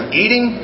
eating